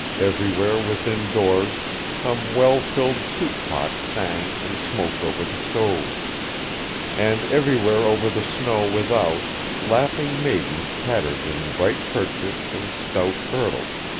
everywhere within doors some well-filled soup-pot sang and smoked over the stove and everywhere over the snow without laughing maidens pattered in bright kerchiefs and stout kirtles,